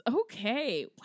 Okay